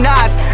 eyes